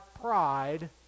pride